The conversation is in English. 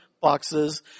boxes